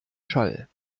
schall